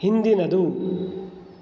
ಹಿಂದಿನದು